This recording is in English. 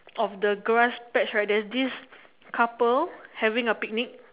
of the grass patch right there is this couple having a picnic